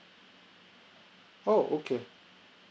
oh okay